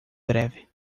breve